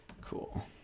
Cool